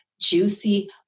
juicy